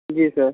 जी sir